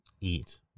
eat